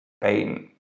pain